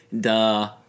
Duh